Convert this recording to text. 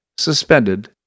suspended